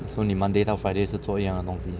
so 你 monday 到 friday 是做一样的东西